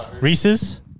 Reese's